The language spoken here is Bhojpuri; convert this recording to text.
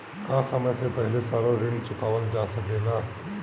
का समय से पहले सारा ऋण चुकावल जा सकेला?